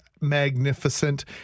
magnificent